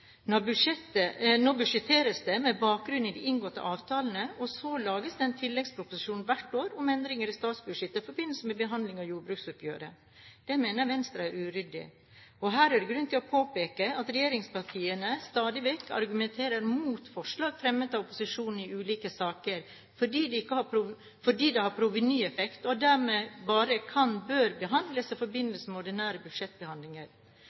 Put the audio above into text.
Nå budsjetteres det med bakgrunn i den inngåtte avtalen, og så lages det en tilleggsproposisjon hvert år om endringer i statsbudsjettet i forbindelse med behandlingen av jordbruksoppgjøret. Det mener Venstre er uryddig. Her er det grunn til å påpeke at regjeringspartiene stadig vekk argumenterer mot forslag fremmet av opposisjonen i ulike saker fordi det har provenyeffekt og dermed bare kan/bør behandles i forbindelse med ordinære budsjettbehandlinger.